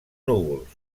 núvols